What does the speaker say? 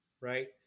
right